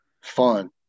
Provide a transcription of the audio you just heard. fun